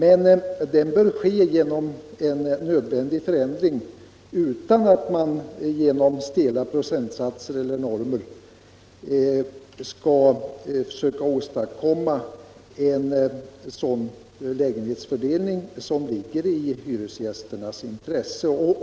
En lägenhetsfördelning som ligger i hyresgästernas intresse kan emellertid åstadkommas utan stela procentsatser eller andra normer.